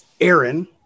aaron